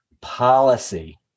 policy